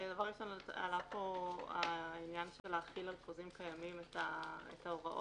עלה פה העניין של להחיל על חוזים קיימים את ההוראות.